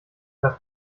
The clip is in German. lass